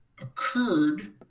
occurred